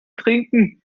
trinken